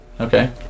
Okay